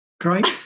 Great